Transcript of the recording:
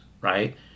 right